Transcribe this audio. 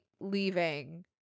leaving